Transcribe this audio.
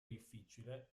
difficile